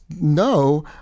no